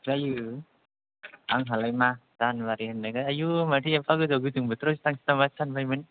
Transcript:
जायो आंहालाय मा जानुवारि होन्नायखाय आयु माथो एफा गोबाव गोजां बोथोरावसो थांसै नामा सानबायमोन